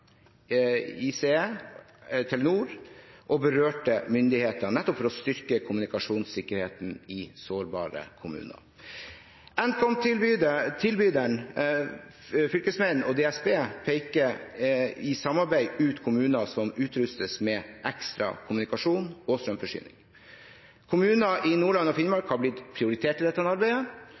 ICE, Telenor og berørte myndigheter, nettopp for å styrke kommunikasjonssikkerheten i sårbare kommuner. Nkom-tilbyderen, fylkesmennene og DSB peker i samarbeid ut kommuner som utrustes med ekstra kommunikasjon og strømforsyning. Kommuner i Nordland og Finnmark har blitt prioritert i dette arbeidet.